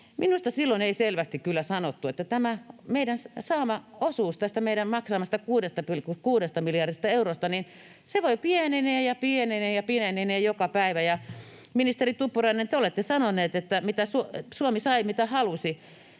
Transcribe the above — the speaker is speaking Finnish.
minusta silloin ei selvästi kyllä sanottu, että tämä meidän saamamme osuus tästä meidän maksamastamme 6,6 miljardista eurosta vain pienenee ja pienenee ja pienenee joka päivä, ja ministeri Tuppurainen, te olette sanonut, että Suomi sai, mitä halusi.